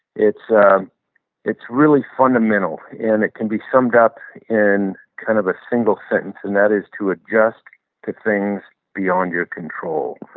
it's ah it's really fundamental and it can be summed up in kind of a single sentence and that is to adjust to things beyond your control.